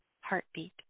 heartbeat